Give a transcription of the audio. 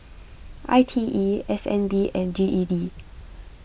I T E S N B and G E D